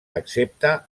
excepte